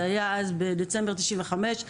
זה היה בדצמבר 1995,